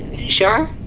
sure?